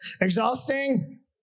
Exhausting